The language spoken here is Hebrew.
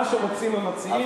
מה שהמציעים רוצים.